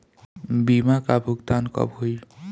बीमा का भुगतान कब होइ?